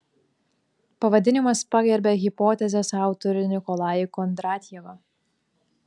pavadinimas pagerbia hipotezės autorių nikolajų kondratjevą